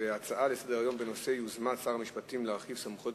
הצעה לסדר-היום בנושא יוזמת שר המשפטים להרחיב את סמכויות